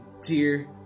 dear